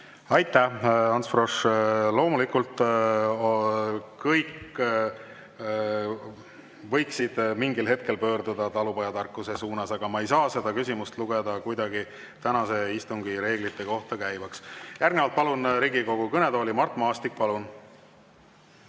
Aitäh, Ants Frosch! Loomulikult kõik võiksid mingil hetkel pöörduda talupojatarkuse poole, aga ma ei saa seda küsimust kuidagi lugeda tänase istungi reeglite kohta käivaks. Järgnevalt palun Riigikogu kõnetooli Mart Maastiku.